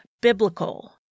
biblical